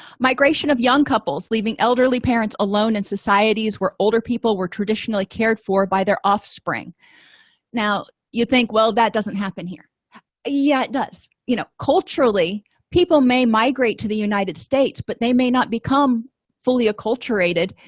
migration of young couples leaving elderly parents alone in societies where older people were traditionally cared for by their offspring now you think well that doesn't happen here yeah it does you know culturally people may migrate to the united states states but they may not become fully acculturated